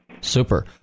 Super